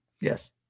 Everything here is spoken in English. Yes